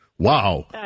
Wow